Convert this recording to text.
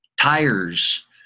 Tires